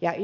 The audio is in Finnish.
ja